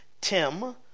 Tim